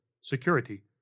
security